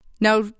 Now